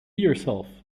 yourself